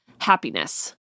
happiness